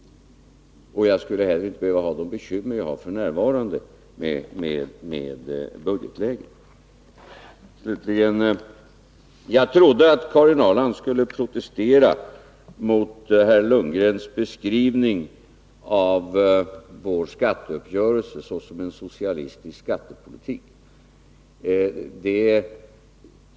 Jag skulle inte heller behöva ha de bekymmer jag har f. n. med budgetläget. Jag trodde att Karin Ahrland skulle protestera mot herr Lundgrens beskrivning av vår skatteuppgörelse såsom en socialistisk skattepolitik.